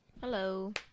hello